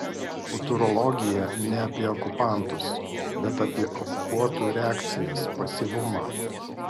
futurologija ne apie okupantus bet apie okupuotų reakcijas pasyvumą